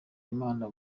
imana